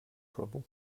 trouble